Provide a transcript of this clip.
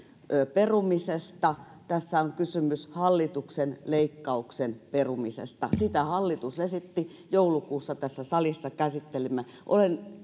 perumisesta tässä on kysymys hallituksen leikkauksen perumisesta sitä hallitus esitti sitä joulukuussa tässä salissa käsittelimme olen